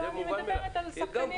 אני רוצה שזה יהיה בפרוטוקול מבחינת ניקיון